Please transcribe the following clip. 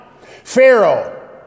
Pharaoh